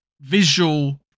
visual